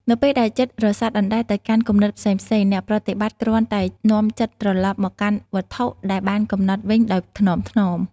នៅពេលដែលចិត្តរសាត់អណ្ដែតទៅកាន់គំនិតផ្សេងៗ អ្នកប្រតិបត្តិគ្រាន់តែនាំចិត្តត្រឡប់មកកាន់វត្ថុដែលបានកំណត់វិញដោយថ្នមៗ។